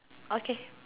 okay